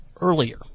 earlier